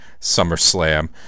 SummerSlam